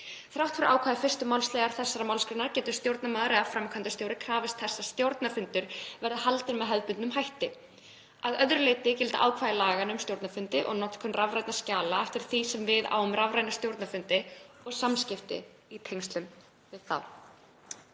Þrátt fyrir ákvæði 1. málsl. þessarar málsgreinar getur stjórnarmaður eða framkvæmdastjóri krafist þess að stjórnarfundur verði haldinn með hefðbundnum hætti. Að öðru leyti gilda ákvæði laganna um stjórnarfundi og notkun rafrænna skjala eftir því sem við á um rafræna stjórnarfundi og samskipti í tengslum við þá.“